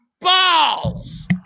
Balls